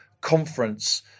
conference